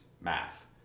math